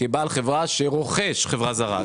כבעל חברה שרוכש חברה זרה.